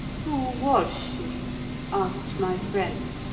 who was she asked my friend.